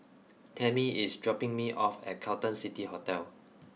Tamie is dropping me off at Carlton City Hotel